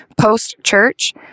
post-church